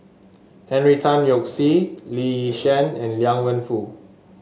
Henry Tan Yoke See Lee Yi Shyan and Liang Wenfu